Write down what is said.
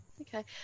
okay